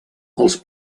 els